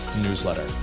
newsletter